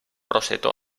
rosetó